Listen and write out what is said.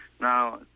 Now